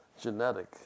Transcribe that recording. genetic